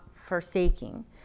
forsaking